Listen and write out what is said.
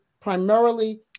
primarily